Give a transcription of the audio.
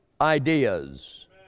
ideas